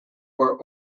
were